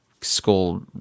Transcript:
school